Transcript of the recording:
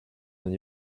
when